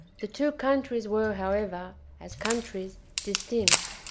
the two countries were, however, as countries, distinct,